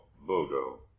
Bodo